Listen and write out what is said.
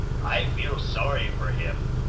i feel sorry for him.